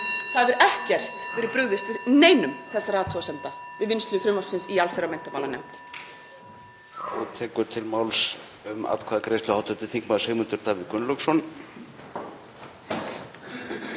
Það hefur ekkert verið brugðist við neinum þessara athugasemda við vinnslu frumvarpsins í allsherjar- og menntamálanefnd.